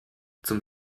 zum